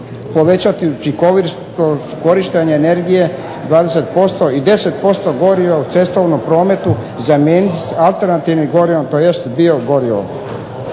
povećati učinkovitost korištenja energije za 20% i 10% goriva u cestovnom prometu zamijeniti alternativnim gorivima tj. biogorivom.